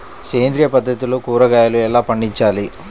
సేంద్రియ పద్ధతిలో కూరగాయలు ఎలా పండించాలి?